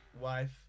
wife